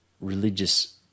religious